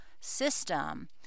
system